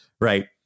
right